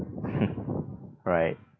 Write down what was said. right